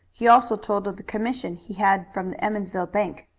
he also told of the commission he had from the emmonsville bank.